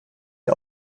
der